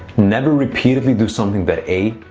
never repeatedly do something that a,